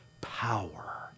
power